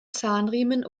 zahnriemen